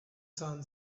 sun